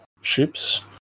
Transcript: ships